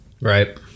Right